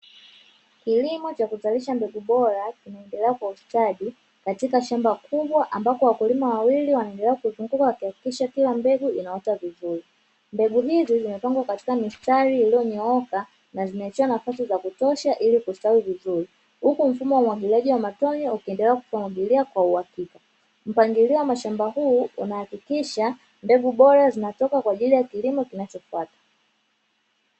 Kilimo chakuzalisha mbegu bora kinaendelea kwa ustadi katika shamba kubwa ambapo wakulima wawili wanaendelea kuzunguka wakihakikisha kila mbegu inaota vizuri. Mbegu hizi zimepangwa katika mistari ilionyooka na zimeachiwa nafasi zakutosha ili kustawi vizuri, huku mfumo waumwagiliaji wa matone ukiendelea kumwagilia kwa uhakika. Mpangilio wa mashamba huu unahakikisha mbegu bora zinatoka kwaajili ya kilimo kinachofata.